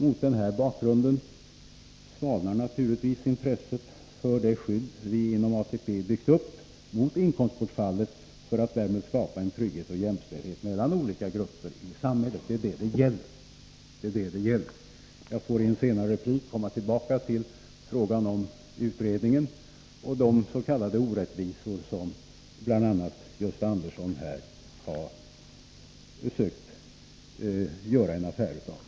Mot denna bakgrund svalnar naturligtvis intresset för det skydd mot inkomstbortfall som vi har byggt upp inom ATP för att därmed skapa en trygghet och en jämställdhet mellan olika grupper i samhället. Det är det det gäller. Jag får i en senare replik komma tillbaka till frågan om utredningen och de s.k. orättvisor som bl.a. Gösta Andersson här har försökt göra en affär av.